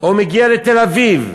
או מגיע לתל-אביב,